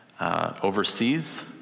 overseas